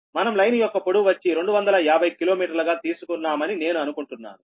మనం లైన్ యొక్క పొడవు వచ్చి 250 కిలోమీటర్లు గా తీసుకున్నామని నేను అనుకుంటున్నాను